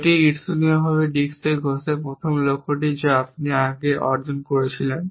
এটি ঈর্ষণীয়ভাবে ডিস্ক ঘষে প্রথম লক্ষ্যটি যা আপনি আগে অর্জন করেছিলেন